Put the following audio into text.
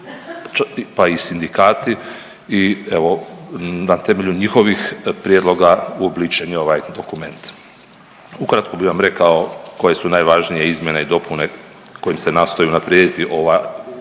pa i sindikati i evo, na temelju njihovih prijedloga uobličen je ovaj dokument. Ukratko bi vam rekao koje su najvažnije izmjene i dopune kojim se nastoje unaprijediti ova, ovaj